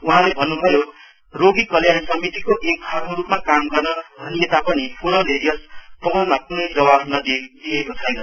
उहाँले भन्नुभयो रोगि कल्याण समितिको एक भागको रूपमा काम गर्न भनिएता पनि फोरमले यस पहलमाथि कुनै जवाफ दिएको छैन्